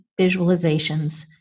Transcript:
visualizations